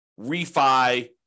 refi